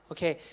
Okay